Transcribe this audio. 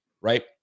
right